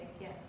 Yes